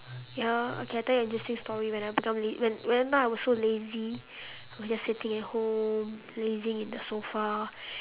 ya okay I tell you an interesting story when I become lazy when when whenever I'm so lazy I was just sitting at home lazing in the sofa